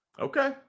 Okay